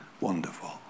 Wonderful